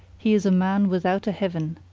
he is a man without a heaven.